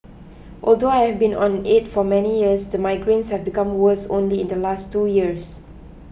although I have been on it for many years the migraines have become worse only in the last two years